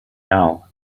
now